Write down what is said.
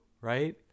right